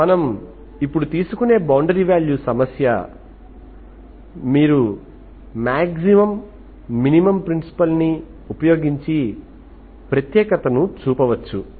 ఇది మనము ఇప్పుడు తీసుకునే బౌండరీవాల్యూ సమస్య మీరు మాక్సిమం మినిమమ్ ప్రిన్సిపల్ ని ఉపయోగించి ప్రత్యేకతను చూపవచ్చు